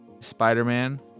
Spider-Man